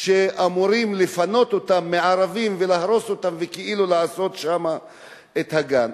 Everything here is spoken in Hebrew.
שאמורים לפנות מערבים ולהרוס אותם וכאילו לעשות שם את הגן.